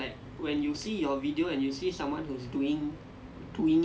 when you look at the video you are like okay I agree this is not good